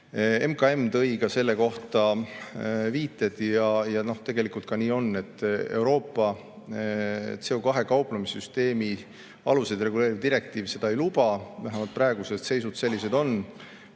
MKM tõi selle kohta viited ja tegelikult nii ka on, et Euroopa CO2‑ga kauplemise süsteemi aluseid reguleeriv direktiiv seda ei luba. Vähemalt praegu on seis selline.